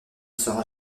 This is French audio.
sera